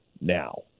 now